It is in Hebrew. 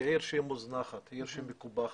היא עיר מוזנחת ומקופחת.